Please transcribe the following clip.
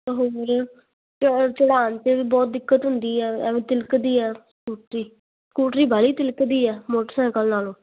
ਹੋਰ ਚੜ ਚੜਾਉਣ 'ਚ ਵੀ ਬਹੁਤ ਦਿੱਕਤ ਹੁੰਦੀ ਆ ਐਵੇਂ ਤਿਲਕਦੀ ਆ ਸਕੂਟਰੀ ਸਕੂਟਰੀ ਬਾਹਲੀ ਤਿਲਕਦੀ ਆ ਮੋਟਰਸਾਈਕਲ ਨਾਲੋਂ